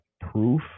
proof